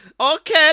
okay